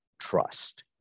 trust